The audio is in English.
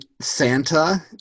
Santa